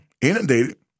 inundated